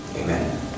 Amen